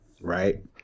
right